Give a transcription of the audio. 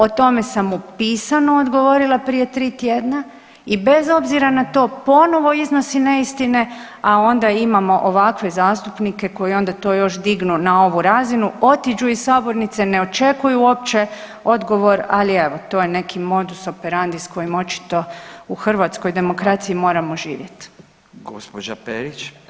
O tome sam mu pisano odgovorila prije 3 tjedna i bez obzira na to, ponovo iznosi neistine, a onda imamo ovakve zastupnike koji onda to još dignu na ovu razinu, otiđu iz sabornice, ne očekuju uopće odgovor, ali evo, to je neki modus operandi s kojim očito u hrvatskoj demokraciji moramo živjeti.